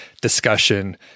discussion